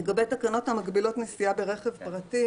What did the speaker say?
לגבי תקנות המגבילות נסיעה ברכב פרטי,